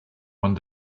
one